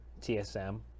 TSM